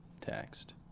text